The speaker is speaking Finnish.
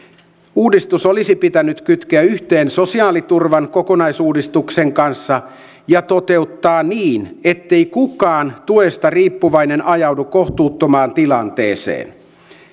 uudistus olisi pitänyt kytkeä yhteen sosiaaliturvan kokonaisuudistuksen kanssa ja toteuttaa niin ettei kukaan tuesta riippuvainen ajaudu kohtuuttomaan tilanteeseen